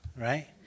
right